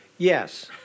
Yes